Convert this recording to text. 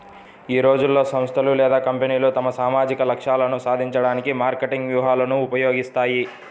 ఈ రోజుల్లో, సంస్థలు లేదా కంపెనీలు తమ సామాజిక లక్ష్యాలను సాధించడానికి మార్కెటింగ్ వ్యూహాలను ఉపయోగిస్తాయి